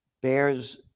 bears